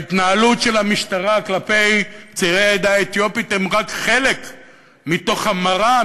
ההתנהלות של המשטרה כלפי צעירי העדה האתיופית היא רק חלק מתוך המראה,